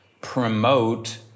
promote